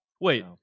Wait